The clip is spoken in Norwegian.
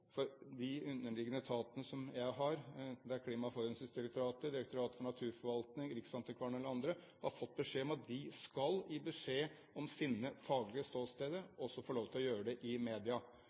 dette. De underliggende etatene til mitt departement, enten det er Klima- og forurensingsdirektoratet eller Direktoratet for naturforvaltning, riksantikvaren eller andre, har fått beskjed om at de skal gi beskjed om sine faglige ståsteder, og så få lov til å gjøre det i media.